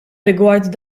rigward